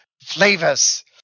flavors